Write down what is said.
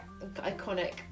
Iconic